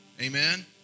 amen